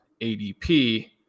ADP